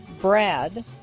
Brad